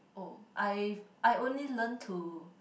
oh I I only learnt to